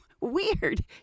Weird